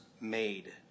made